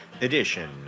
edition